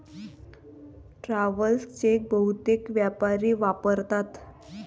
travel cheque बहुतेक व्यापारी वापरतात